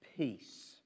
Peace